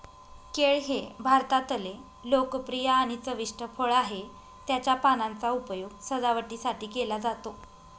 केळ हे भारतातले लोकप्रिय आणि चविष्ट फळ आहे, त्याच्या पानांचा उपयोग सजावटीसाठी केला जातो